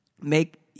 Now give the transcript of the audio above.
make